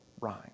rhyme